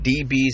DBs